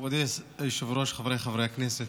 מכובדי היושב-ראש, חבריי חברי הכנסת,